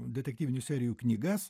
detektyvinių serijų knygas